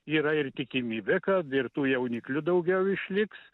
yra ir tikimybė kad ir tų jauniklių daugiau išliks